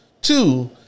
Two